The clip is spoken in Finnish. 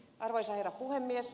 arvoisa herra puhemies